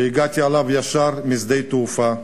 שהגעתי אליה ישירות משדה התעופה,